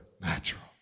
natural